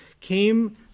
came